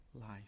life